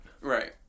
Right